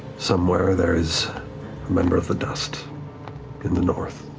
somewhere there is a member of the dust in the north,